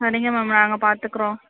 சரிங்க மேம் நாங்கள் பாத்துக்கிறோம்